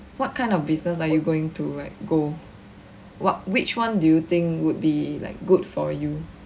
what kind of business are you going to like go what which one do you think would be like good for you